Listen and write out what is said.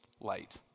light